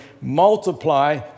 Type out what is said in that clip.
Multiply